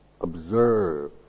observe